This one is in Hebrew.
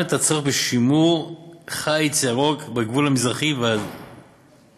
את הצורך בשימור חיץ ירוק בגבול המזרחי והדרום-מזרחי,